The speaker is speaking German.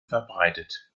verbreitet